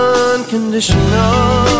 unconditional